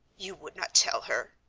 you would not tell her!